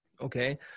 okay